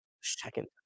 second